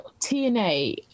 TNA